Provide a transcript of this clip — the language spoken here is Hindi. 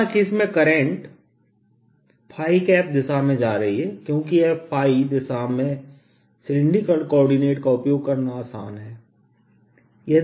माना कि इसमें करंट दिशा में जा रही है क्योंकि यह दिशा में सिलैंडरिकल कोऑर्डिनेट का उपयोग करना आसान है